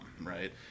right